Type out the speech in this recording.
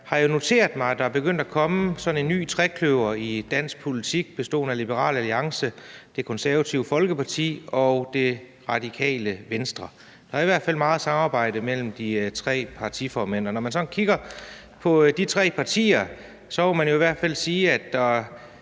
har noteret mig, at der er begyndt at komme sådan et nyt trekløver i dansk politik bestående af Liberal Alliance, Det Konservative Folkeparti og Det Radikale Venstre. Der er i hvert fald meget samarbejde mellem de tre partiformænd, og når man sådan kigger på de tre partier, må man jo i hvert fald sige,